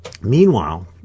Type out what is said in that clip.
Meanwhile